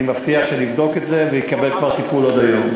אני מבטיח שאבדוק את זה וזה יקבל טיפול עוד היום.